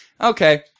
Okay